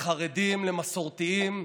לחרדים, למסורתיים,